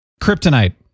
Kryptonite